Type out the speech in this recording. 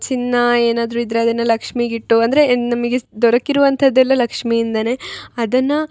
ಚಿನ್ನ ಏನಾದರು ಇದ್ದರೆ ಅದನ್ನ ಲಕ್ಷ್ಮಿಗಿಟ್ಟು ಅಂದರೆ ಏನು ನಮಗೆ ಸ್ ದೊರಕಿರುವಂಥದ್ದೆಲ್ಲ ಲಕ್ಷ್ಮಿಯಿಂದನೆ ಅದನ್ನ